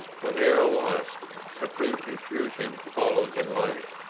when they are lost, supreme confusion follows in life,